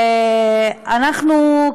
אנחנו,